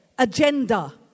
agenda